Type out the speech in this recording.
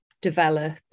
develop